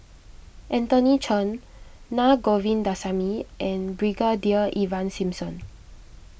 Anthony Chen Naa Govindasamy and Brigadier Ivan Simson